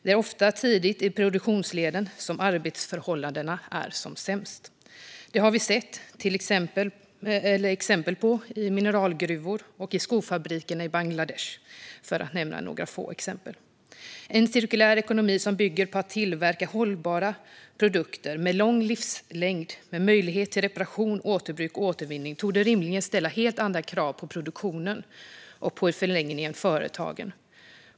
Det är ofta tidigt i produktionsleden som arbetsförhållandena är som sämst. Det har vi sett exempel på i mineralgruvor och i skofabrikerna i Bangladesh, för att nämna några få exempel. En cirkulär ekonomi som bygger på att tillverka hållbara produkter med lång livslängd och med möjlighet till reparation, återbruk och återvinning torde rimligen ställa helt andra krav på produktionen och i förlängningen på företagen.